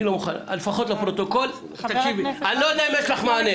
לפחות לפרוטוקול אני לא יודע אם יש לך מענה.